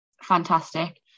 Fantastic